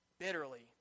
bitterly